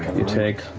you take